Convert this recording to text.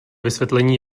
vysvětlení